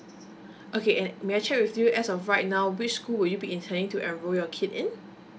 okay and may I check with you as of right now which school would you be intending to enroll your kid in